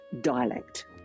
dialect